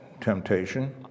temptation